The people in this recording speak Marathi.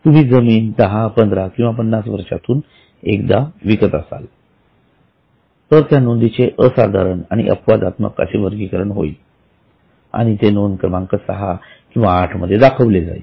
तुम्ही जमीन १०१५किंवा ५० वर्षातून एकदा विकत असाल तर त्या नोंदीचे असाधारण आणि अपवादात्मक असे वर्गीकरण होईल आणि ते नोंद क्रमांक सहा किंवा आठ मध्ये दाखवले जाईल